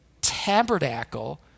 tabernacle